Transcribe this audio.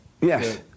Yes